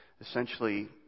essentially